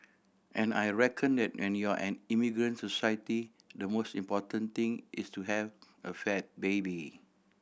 and I reckon that when you're an immigrant society the most important thing is to have a fat baby